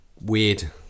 weird